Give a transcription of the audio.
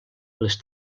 les